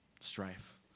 strife